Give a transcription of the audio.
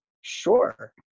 Sure